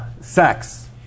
sex